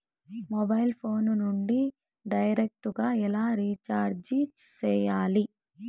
mobile phone నుండి direct గా ఎలా రీచార్జి సేయాలి